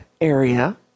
area